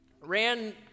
Ran